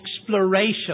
exploration